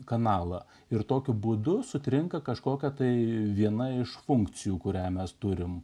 kanalą ir tokiu būdu sutrinka kažkokia tai viena iš funkcijų kurią mes turime